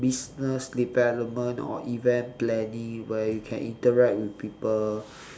business development or event planning where you can interact with people